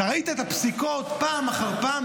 אתה ראית את הפסיקות פעם אחר פעם